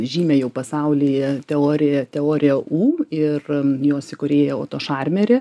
žymią jau pasaulyje teoriją teoriją ū ir jos įkūrėją oto šarmerį